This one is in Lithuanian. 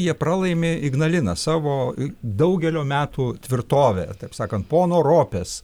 jie pralaimi ignaliną savo daugelio metų tvirtovę taip sakant pono ropės